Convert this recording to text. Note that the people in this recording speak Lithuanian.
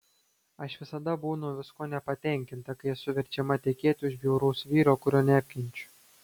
aš visada būnu viskuo nepatenkinta kai esu verčiama tekėti už bjauraus vyro kurio neapkenčiu